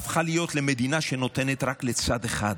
הפכה להיות מדינה שנותנת רק לצד אחד?